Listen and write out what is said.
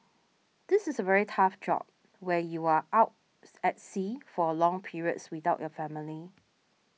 this is a very tough job where you are out at sea for long periods without your family